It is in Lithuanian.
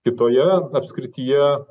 kitoje apskrityje